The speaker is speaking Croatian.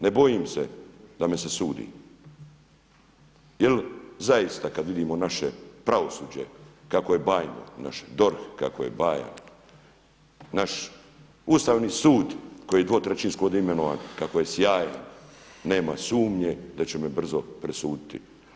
Ne bojim se da me se sudi jer zaista kada vidimo naše pravosuđe kako je bajno, naš DORH kako je bajan, naš Ustavni sud koji dvotrećinski je ovdje imenovan kako je sjajan, nema sumnje da će me brzo presuditi.